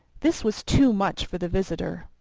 this was too much for the visitor.